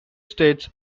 states